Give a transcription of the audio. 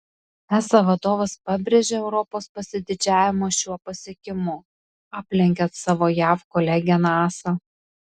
esa vadovas pabrėžė europos pasididžiavimą šiuo pasiekimu aplenkiant savo jav kolegę nasa